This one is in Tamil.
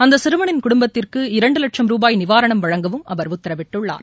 அந்தசிறுவளின் குடும்பத்திற்கு இரண்டுவட்சும் ரூபாய் நிவாரணம் வழங்கவும் அவர் உத்தரவிட்டுள்ளார்